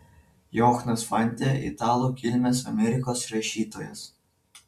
johnas fante italų kilmės amerikos rašytojas